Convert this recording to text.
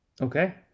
Okay